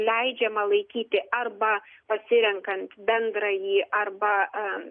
leidžiama laikyti arba pasirenkant bendrąjį arba